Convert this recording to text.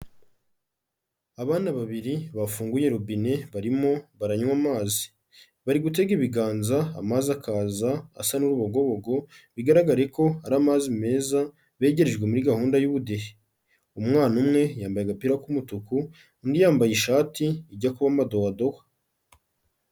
Abana babiri bafunguye robine, barimo baranywa amazi. Bari gutega ibiganza amazi akaza asa n'urubogobogo, bigaragare ko ari amazi meza begerejwe muri gahunda y'ubudehe. Umwana umwe yambaye agapira k'umutuku, undi yambaye ishati ijya kuba madowadowa.